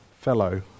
fellow